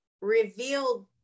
revealed